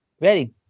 ready